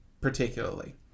particularly